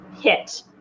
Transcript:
hit